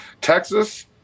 Texas